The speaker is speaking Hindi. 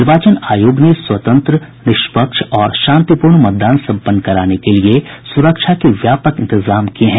निर्वाचन आयोग ने स्वतंत्र निष्पक्ष और शांतिपूर्ण मतदान सम्पन्न कराने के लिये सुरक्षा के व्यापक इंतजाम किये हैं